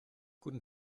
guten